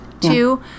Two